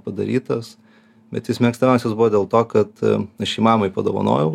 padarytas bet jis mėgstamiausias buvo dėl to kad aš jį mamai padovanojau